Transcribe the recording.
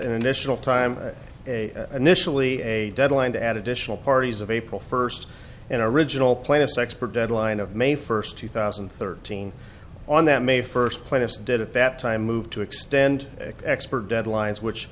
initial time initially a deadline to add additional parties of april first and original plan of sexpert deadline of may first two thousand and thirteen on that may first plaintiff did at that time move to extend expert deadlines which